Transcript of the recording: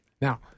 Now